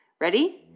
Ready